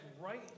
right